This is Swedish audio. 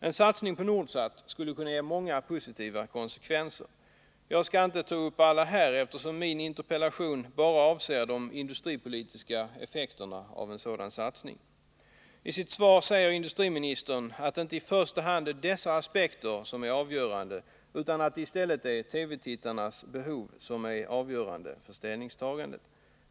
En satsning på Nordsat skulle kunna ge många positiva konsekvenser. Jag skall inte ta upp alla här, eftersom min interpellation bara avser de industripolitiska effekterna av en sådan satsning. I sitt svar säger industriministern att det inte i första hand är dessa aspekter som är avgörande, utan att det i stället är TV-tittarnas behov som är avgörande för ställningstagandet.